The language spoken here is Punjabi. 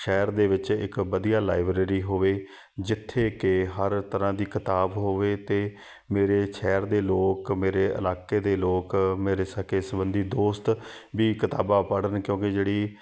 ਸ਼ਹਿਰ ਦੇ ਵਿੱਚ ਇੱਕ ਵਧੀਆ ਲਾਇਬ੍ਰੇਰੀ ਹੋਵੇ ਜਿੱਥੇ ਕਿ ਹਰ ਤਰ੍ਹਾਂ ਦੀ ਕਿਤਾਬ ਹੋਵੇ ਅਤੇ ਮੇਰੇ ਸ਼ਹਿਰ ਦੇ ਲੋਕ ਮੇਰੇ ਇਲਾਕੇ ਦੇ ਲੋਕ ਮੇਰੇ ਸਕੇ ਸੰਬੰਧੀ ਦੋਸਤ ਵੀ ਕਿਤਾਬਾਂ ਪੜ੍ਹਨ ਕਿਉਂਕਿ ਜਿਹੜੀ